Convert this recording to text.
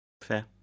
Fair